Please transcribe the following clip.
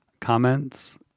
comments